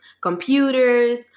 computers